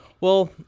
Well-